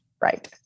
right